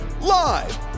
live